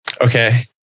Okay